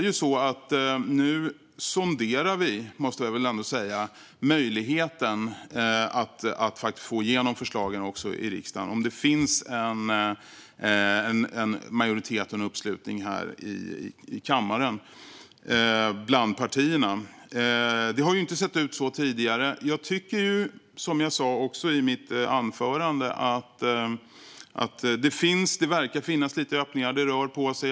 Nu sonderar vi möjligheten att få igenom förslagen i riksdagen, om det finns en uppslutning och majoritet för det bland partierna i kammaren. Det har inte sett ut så tidigare. Som jag sa i mitt anförande verkar det finnas lite öppningar, det rör på sig.